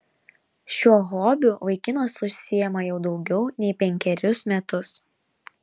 šiuo hobiu vaikinas užsiima jau daugiau nei penkerius metus